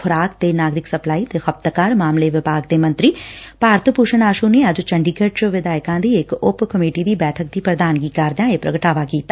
ਖੁਰਾਕ ਤੇ ਨਾਗਰਿਕ ਸਪਾਲਈ ਤੇ ਖਪਤਕਾਰ ਮਾਮਲੇ ਵਿਭਾਗ ਦੇ ਮੰਤਰੀ ਭਾਰਤ ਭੂਸ਼ਣ ਆਸੂ ਨੇ ਅੱਜ ਚੰਡੀਗੜੂ ਚ ਵਿਧਾਇਕਾਂ ਦੀ ਇਕ ਉਪ ਕਮੇਟੀ ਦੀ ਬੈਠਕ ਦੀ ਪ੍ਰਧਾਨਗੀ ਕਰਦਿਆਂ ਇਹ ਪ੍ਰਗਟਾਵਾ ਕੀਤਾ